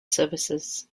services